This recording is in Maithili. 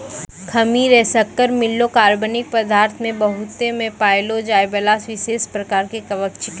खमीर एक शक्कर मिललो कार्बनिक पदार्थ मे बहुतायत मे पाएलो जाइबला विशेष प्रकार के कवक छिकै